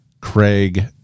Craig